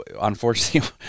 unfortunately